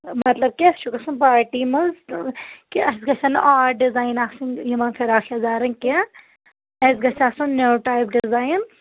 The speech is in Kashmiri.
مطلب کہِ اَسہِ چھُ گژھُن پاٹی منٛز کہِ اَسہِ گژھن نہٕ آڈ ڈِزاین آسٕنۍ یِمَن فراک یَزارَن کیٚنٛہہ اَسہِ گژھِ آسُن نیوٗ ٹایپ ڈِزاین